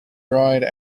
ride